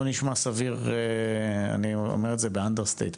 לא נשמע סביר, אני אומר את זה בלשון המעטה.